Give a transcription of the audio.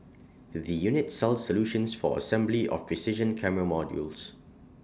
the unit sells solutions for assembly of precision camera modules